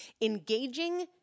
engaging